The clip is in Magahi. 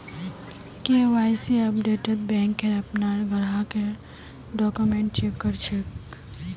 के.वाई.सी अपडेटत बैंक अपनार ग्राहकेर डॉक्यूमेंट चेक कर छेक